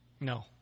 No